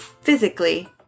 physically